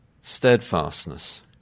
steadfastness